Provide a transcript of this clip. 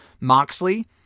Moxley